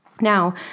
Now